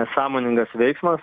sąmoningas veiksmas